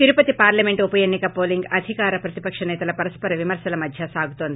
Tirupati parliament ఉపఎన్సిక polling అధికార ప్రతిపక్ష సేతల పరస్పర విమర్శల మధ్య సాగుతోంది